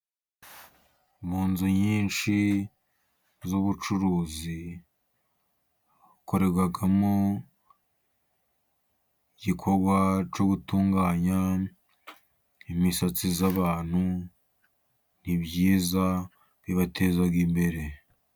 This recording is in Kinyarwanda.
Mu nzu nyinshi z'ubucuruzi, hakorerwamo igikorwa cyo gutunganya imisatsi y'abantu, ni byiza bibateza imbere.